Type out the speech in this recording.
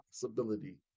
possibility